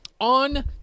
On